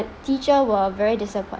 teacher were very disappointed